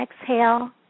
Exhale